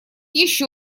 еще